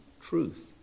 truth